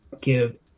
give